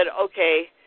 Okay